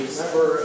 member